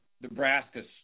Nebraska